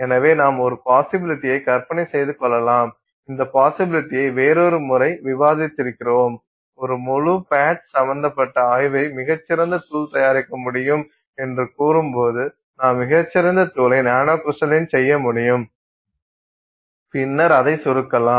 எனவே நாம் ஒரு பாஸிபிலிடியய் கற்பனை செய்து கொள்ளலாம் இந்த பாஸிபிலிடியய் வேறொரு முறை விவாதித்திருக்கிறோம் ஒரு முழு பேட்ச் சம்மந்தப்பட்ட ஆய்வை மிகச் சிறந்த தூள் தயாரிக்க முடியும் என்று கூறும்போது நாம் மிகச் சிறந்த தூளை நானோகிரிஸ்டலின் செய்ய முடியும் பின்னர் அதை சுருக்கலாம்